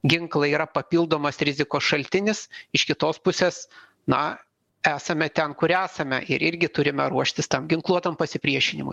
ginklai yra papildomas rizikos šaltinis iš kitos pusės na esame ten kur esame ir irgi turime ruoštis tam ginkluotam pasipriešinimui